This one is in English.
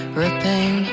ripping